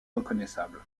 reconnaissable